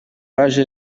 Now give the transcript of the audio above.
baje